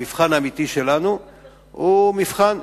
המבחן האמיתי שלנו הוא מבחן.